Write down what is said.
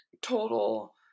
total